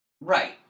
Right